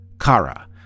Kara